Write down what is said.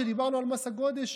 כשדיברנו על מס הגודש,